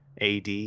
AD